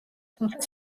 თუმცა